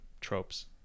tropes